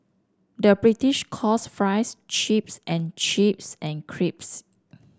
the British calls fries chips and chips and crisps